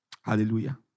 Hallelujah